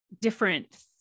different